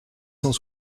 cent